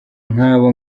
nk’abo